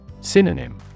Synonym